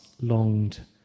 longed